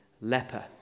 leper